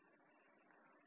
6V If more load V0 5 - 2x0